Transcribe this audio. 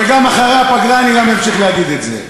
וגם אחרי הפגרה אני אמשיך להגיד את זה.